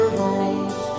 homes